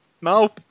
No